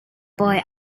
boy